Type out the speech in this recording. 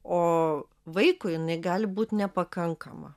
o vaikui jinai gali būti nepakankama